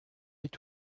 est